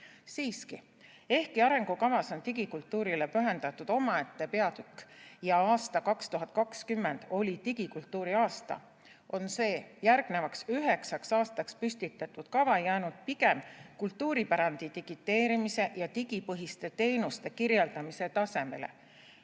Siiski, ehkki arengukavas on digikultuurile pühendatud omaette peatükk ja aasta 2020 oli digikultuuriaasta, on see järgnevaks üheksaks aastaks püstitatud kava jäänud pigem kultuuripärandi digiteerimise ja digipõhiste teenuste kirjeldamise tasemele.